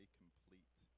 complete